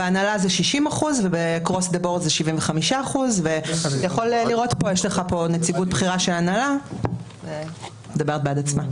בהנהלה זה 60%. יש לך פה נציגות בכירה של הנהלה והיא מדברת בעד עצמה.